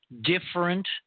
different